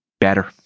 better